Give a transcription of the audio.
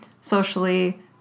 socially